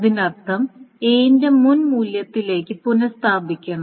അതിനർത്ഥം A ന്റെ മുൻ മൂല്യത്തിലേക്ക് പുനസ്ഥാപിക്കണം